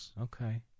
Okay